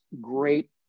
great